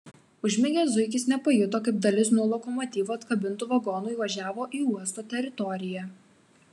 užmigęs zuikis nepajuto kaip dalis nuo lokomotyvo atkabintų vagonų įvažiavo į uosto teritoriją